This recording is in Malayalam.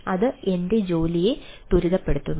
അത് എന്റെ ജോലിയെ ത്വരിതപ്പെടുത്തുന്നു